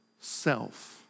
self